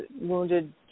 wounded